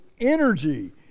energy